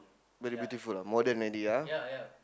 very beautiful ah modern already ah